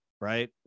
Right